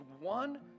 one